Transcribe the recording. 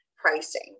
pricing